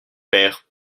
père